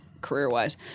career-wise